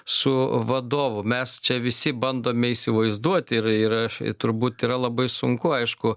su vadovu mes čia visi bandome įsivaizduoti ir ir turbūt yra labai sunku aišku